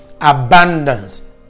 abundance